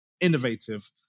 innovative